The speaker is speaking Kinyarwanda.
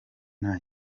nta